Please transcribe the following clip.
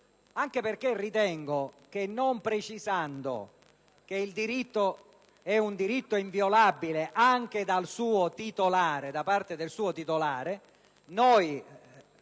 anche perché ritengo che, non precisando che il diritto è un diritto inviolabile anche da parte del suo titolare, noi